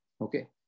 okay